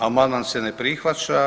Amandman se ne prihvaća.